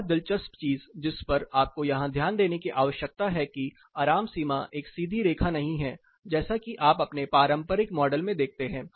एक और दिलचस्प चीज जिस पर आपको यहां ध्यान देने की आवश्यकता है कि आराम सीमा एक सीधी रेखा नहीं है जैसा कि आप अपने पारंपरिक मॉडल में देखते हैं